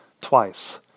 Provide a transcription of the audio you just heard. twice